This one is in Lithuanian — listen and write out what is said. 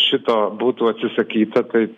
šito būtų atsisakyta tai